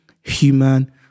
human